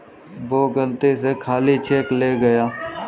वो गलती से खाली चेक ले गया